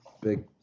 Big